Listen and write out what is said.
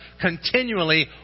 continually